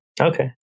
Okay